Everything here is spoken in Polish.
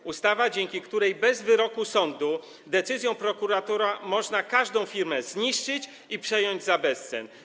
To ustawa, dzięki której bez wyroku sądu, w drodze decyzji prokuratora można każdą firmę zniszczyć i przejąć za bezcen.